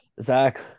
Zach